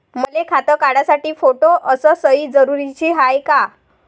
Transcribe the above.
मले खातं काढासाठी फोटो अस सयी जरुरीची हाय का?